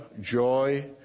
joy